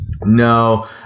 No